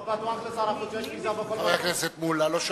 לא בטוח ששר החוץ, חבר הכנסת מולה, לא שומעים.